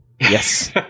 Yes